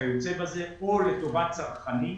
וכיוצא בזה או לטובה צרכנית.